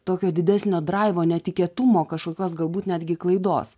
tokio didesnio draivo netikėtumo kažkokios galbūt netgi klaidos